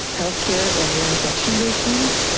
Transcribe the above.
healthcare and the intersection of those things.